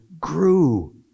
grew